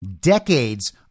decades